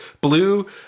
blue